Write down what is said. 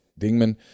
Dingman